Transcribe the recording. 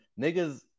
Niggas